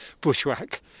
bushwhack